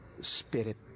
Spirit